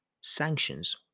sanctions